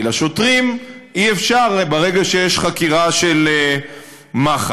כי לשוטרים אי-אפשר ברגע שיש חקירה של מח"ש.